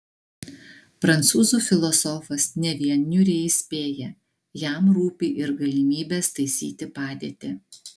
prancūzų filosofas ne vien niūriai įspėja jam rūpi ir galimybės taisyti padėtį